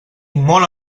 molt